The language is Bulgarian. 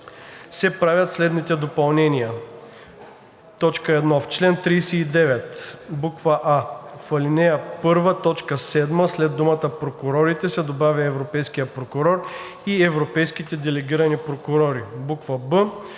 правят следните допълнения: